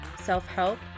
self-help